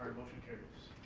motion carries.